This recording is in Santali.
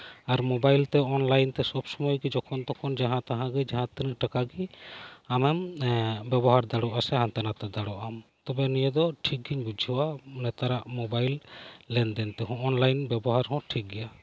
ᱟᱨ ᱢᱚᱵᱟᱭᱤᱞᱛᱮ ᱚᱱᱞᱟᱭᱤᱱ ᱛᱮ ᱥᱚᱵ ᱥᱚᱢᱚᱭᱟᱹᱭ ᱜᱮ ᱡᱚᱠᱷᱚᱱ ᱛᱚᱠᱷᱚᱱ ᱡᱟᱸᱦᱟᱛᱟᱦᱟᱜᱤ ᱡᱟᱦᱟᱸᱛᱤᱱᱟᱹᱜ ᱴᱟᱠᱟᱜᱤ ᱟᱢᱮᱢ ᱵᱮᱵᱚᱦᱟᱨ ᱫᱟᱲᱤᱭᱟᱜ ᱟ ᱥᱮ ᱦᱟᱱᱛᱮ ᱱᱟᱛᱮ ᱫᱟᱲᱤᱭᱟᱜ ᱟᱢ ᱛᱚᱵᱮ ᱱᱤᱭᱟᱹᱫᱚ ᱴᱷᱤᱠᱜᱤᱧ ᱵᱩᱡᱷᱟᱹᱣᱟ ᱱᱮᱛᱟᱨᱟᱜ ᱢᱚᱵᱟᱭᱤᱞ ᱞᱮᱱᱫᱮᱱ ᱛᱮ ᱚᱱᱞᱟᱭᱤᱱ ᱵᱮᱵᱚᱦᱟᱨ ᱦᱚᱸ ᱴᱷᱤᱠᱜᱮᱭᱟ